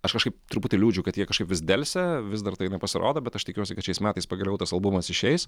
aš kažkaip truputį liūdžiu kad jie kažkaip vis delsia vis dar tai nepasirodo bet aš tikiuosi kad šiais metais pagaliau tas albumas išeis